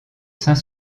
saint